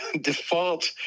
default